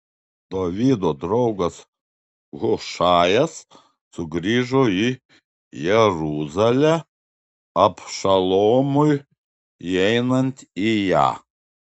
dovydo draugas hušajas sugrįžo į jeruzalę abšalomui įeinant į ją